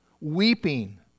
weeping